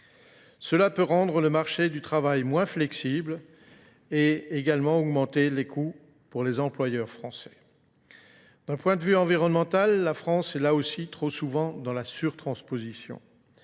Cela peut rendre le marché du travail moins flexible et également augmenter les coûts pour les employeurs français. D'un point de vue environnemental, la France est là aussi trop souvent dans la sur-transposition.